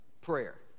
prayer